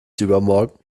übermorgen